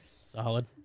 Solid